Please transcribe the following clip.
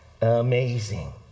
amazing